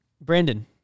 Brandon